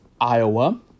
Iowa